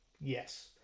Yes